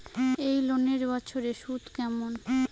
এই লোনের বছরে সুদ কেমন?